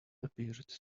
appeared